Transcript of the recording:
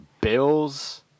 Bills